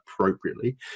appropriately